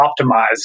optimize